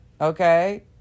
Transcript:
okay